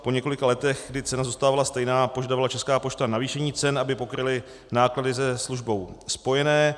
Po několika letech, kdy cena zůstávala stejná, požadovala Česká pošta navýšení cen, aby pokryly náklady se službou spojené.